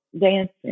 dancing